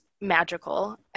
magical